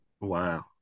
Wow